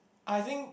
I think